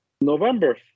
November